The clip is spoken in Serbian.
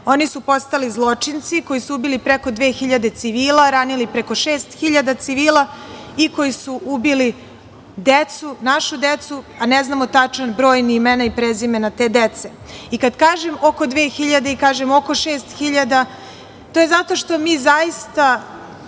oni su postali zločinci koji su ubili preko 2.000 civili, ranili preko 6.000 civila i koji su ubili našu decu, a ne znamo tačan broj, ni imena i prezimena te dece. Kada kažem oko 2.000 i kažem oko 6.000, to je zato što mi zaista